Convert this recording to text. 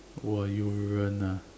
!wah! you ran ah